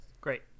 great